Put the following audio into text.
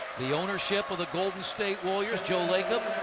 the ownership of the golden state warriors.